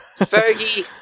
fergie